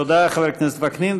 תודה, חבר הכנסת וקנין.